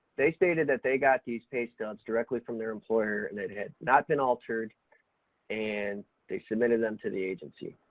they stated that they got these pay stubs directly from their employer and it had not been altered and they submitted them to the agency.